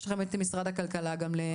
יש לכם גם את משרד הכלכלה לרשותכם.